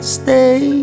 stay